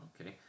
Okay